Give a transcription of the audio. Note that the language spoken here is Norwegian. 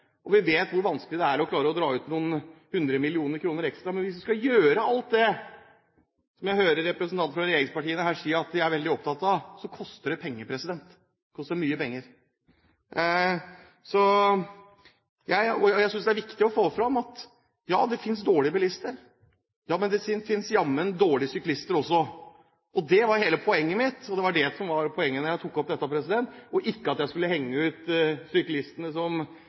Vi vet hvor vanskelig det er å klare å dra ut noen hundre millioner kroner ekstra. Men hvis en skal gjøre alt det som jeg hører representanter fra regjeringspartiene sier at de er veldig opptatt av, så koster det penger – det koster mye penger. Jeg synes det er viktig å få fram at ja, det finnes dårlige bilister, men det finnes jammen dårlige syklister også. Det var hele poenget mitt, og det var det som var poenget da jeg tok opp dette, og ikke at jeg skulle henge ut syklistene ved å si at det bare var syklistene som